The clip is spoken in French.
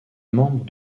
membre